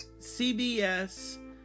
CBS